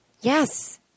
Yes